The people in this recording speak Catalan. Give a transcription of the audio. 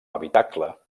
habitacle